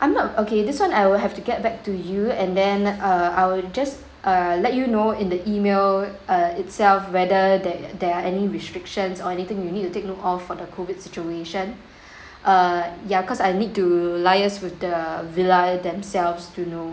I'm not okay this [one] I will have to get back to you and then uh I will just uh let you know in the email uh itself whether that there are any restrictions or anything you need to take note all for the COVID situation err ya cause I need to liaise with the villa themselves to know